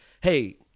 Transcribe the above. hey